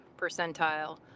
percentile